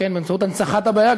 באמצעות הנצחת הבעיה,